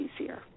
easier